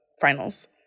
finals